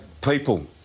people